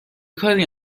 کاری